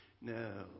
No